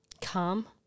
Calm